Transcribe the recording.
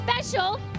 special